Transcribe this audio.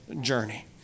journey